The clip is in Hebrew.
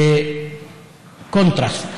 בקונטרסט,